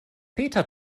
peter